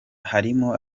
harimo